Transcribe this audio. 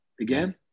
again